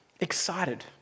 excited